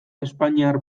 espainiar